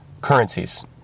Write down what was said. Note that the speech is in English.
currencies